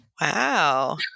Wow